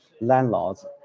landlords